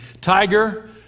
Tiger